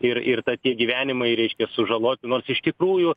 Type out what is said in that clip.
ir ir tokie gyvenimai reiškia sužaloti nors iš tikrųjų